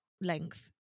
length